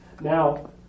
Now